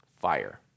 fire